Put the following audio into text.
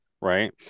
right